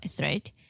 right